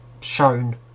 shown